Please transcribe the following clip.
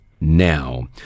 Now